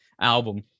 album